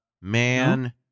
man